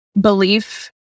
belief